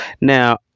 Now